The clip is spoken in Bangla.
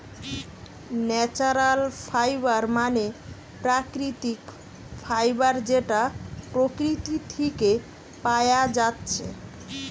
ন্যাচারাল ফাইবার মানে প্রাকৃতিক ফাইবার যেটা প্রকৃতি থিকে পায়া যাচ্ছে